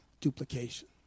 duplication